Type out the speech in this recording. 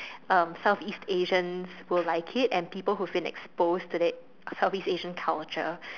um Southeast Asians will like it and people who've been exposed to the Southeast Asian culture